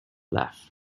laugh